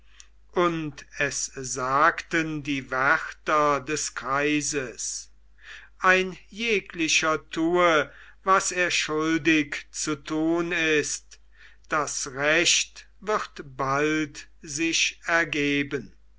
und es sagten die wärter des kreises ein jeglicher tue was er schuldig zu tun ist das recht wird bald sich ergeben